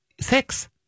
Six